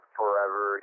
forever